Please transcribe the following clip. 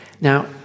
Now